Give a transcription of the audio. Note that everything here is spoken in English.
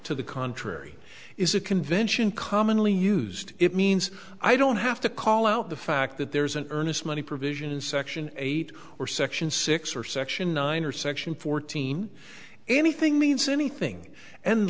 to the contrary is a convention commonly used it means i don't have to call out the fact that there's an earnest money provision in section eight or section six or section nine or section fourteen anything means anything and